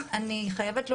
אני חייבת לומר,